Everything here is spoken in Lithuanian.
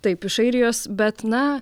taip iš airijos bet na